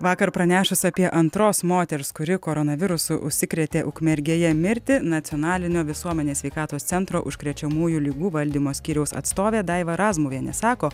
vakar pranešus apie antros moters kuri koronavirusu užsikrėtė ukmergėje mirtį nacionalinio visuomenės sveikatos centro užkrečiamųjų ligų valdymo skyriaus atstovė daiva razmuvienė sako